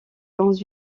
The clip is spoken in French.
dans